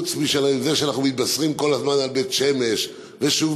חוץ מזה שאנחנו מתבשרים כל הזמן על בית-שמש ושוב